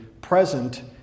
present